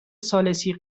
ثالثی